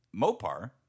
Mopar